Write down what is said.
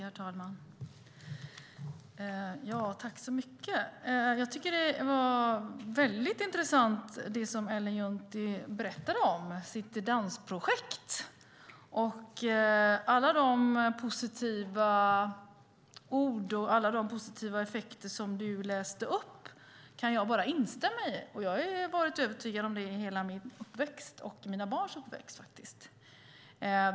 Herr talman! Det Ellen Juntti berättade om sitt dansprojekt var intressant. Alla de positiva ord och effekter som Ellen tog upp kan jag bara instämma i. Jag har varit övertygad om detta under hela min uppväxt och mina barns uppväxt.